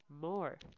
more